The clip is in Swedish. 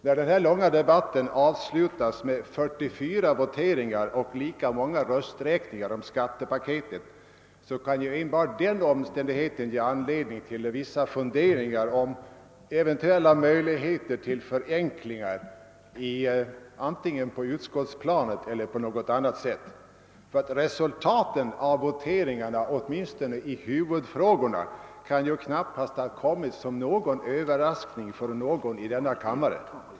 När denna långa debatt avslutades med 47 voteringar och lika många rösträkningar om skattepaketet, kunde ju enbart den omständigheten ge anledning till vissa funderingar om eventuella möjligheter till förenklingar antingen på utskottsplanet eller på något annat sätt. Resultatet av voteringarna, åtminstone i huvudfrågorna, kan knappast ha kommit som en överraskning för någon i denna kammare.